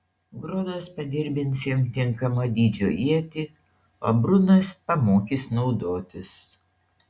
grodas padirbins jam tinkamo dydžio ietį o brunas pamokys naudotis